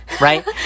right